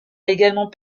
également